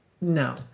no